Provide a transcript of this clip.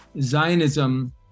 Zionism